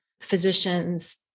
physicians